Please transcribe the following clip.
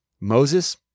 Moses